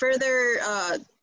Further